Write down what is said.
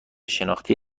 شناختی